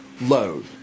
load